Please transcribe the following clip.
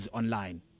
online